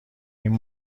این